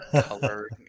color